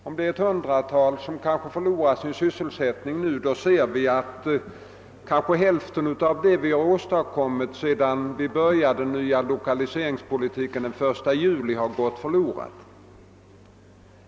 Om ett hundratal anställda i det här fallet förlorar sin sysselsättning, innebär det kanske att hälften av det vi har åstadkommit sedan vi började den nya lokaliseringspolitiken den 1 juli har gått förlorat.